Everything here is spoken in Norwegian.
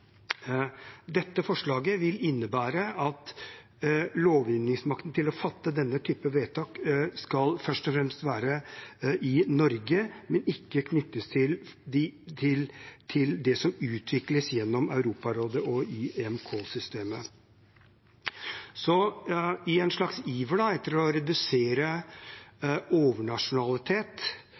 Dette forslaget vil innebære at lovgivningsmakten til å fatte denne typen vedtak først og fremst skal være i Norge og ikke knyttes til det som utvikles gjennom Europarådet og i EMK-systemet. I en slags iver etter å redusere overnasjonalitet